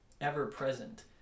ever-present